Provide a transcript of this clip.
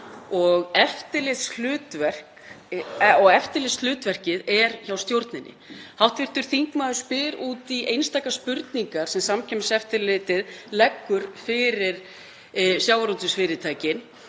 og eftirlitshlutverkið er hjá stjórninni. Hv. þingmaður spyr út í einstakar spurningar sem Samkeppniseftirlitið leggur fyrir sjávarútvegsfyrirtækin.